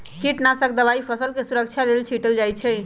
कीटनाशक दवाई फसलके सुरक्षा लेल छीटल जाइ छै